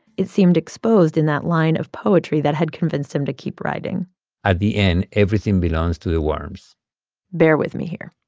it seemed exposed in that line of poetry that had convinced him to keep writing at the end, everything belongs to the worms bear with me here.